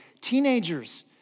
Teenagers